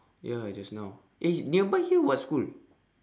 ya just now eh nearby here what school